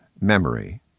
memory